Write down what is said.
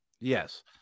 Yes